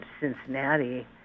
Cincinnati